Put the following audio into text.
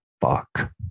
fuck